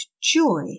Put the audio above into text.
joy